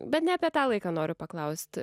bet ne apie tą laiką noriu paklausti